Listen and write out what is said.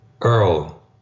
Earl